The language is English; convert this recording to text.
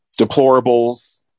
deplorables